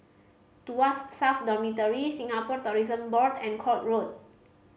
Tuas South Dormitory Singapore Tourism Board and Court Road